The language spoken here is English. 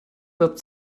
that